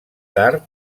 tard